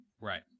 Right